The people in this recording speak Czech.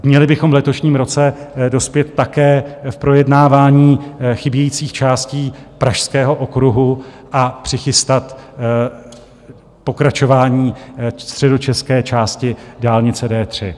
Měli bychom v letošním roce dospět také k projednávání chybějících částí Pražského okruhu a přichystat pokračování středočeské části dálnice D3.